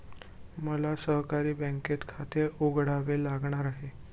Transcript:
मला सहकारी बँकेत खाते उघडावे लागणार आहे